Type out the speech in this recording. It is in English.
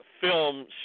film